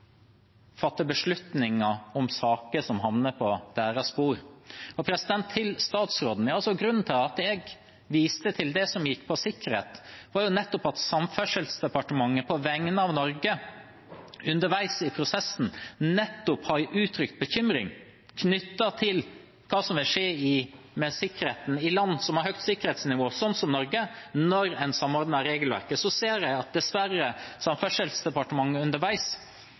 fatte beslutninger om saker som havner på deres bord. Til statsråden: Grunnen til at jeg viste til det som gikk på sikkerhet, var at Samferdselsdepartementet på vegne av Norge underveis i prosessen nettopp har uttrykt bekymring knyttet til hva som vil skje med sikkerheten i land som har høyt sikkerhetsnivå, sånn som Norge, når en samordner regelverket. Jeg ser dessverre at Samferdselsdepartementet underveis